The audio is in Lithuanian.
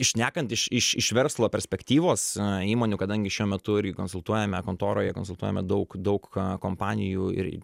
šnekant iš iš iš verslo perspektyvos įmonių kadangi šiuo metu irgi konsultuojame kontoroje konsultuojame daug daug kompanijų ir